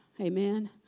Amen